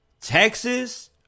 Texas